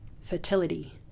Fertility